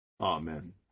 Amen